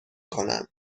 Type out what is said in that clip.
کنند